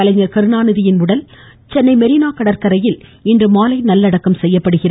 கலைஞர் கருணாநிதியின் உடல் சென்னை மெரீனா கடற்கரையில் இன்று மாலை நல்லடக்கம் செய்யப்படுகிறது